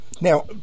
Now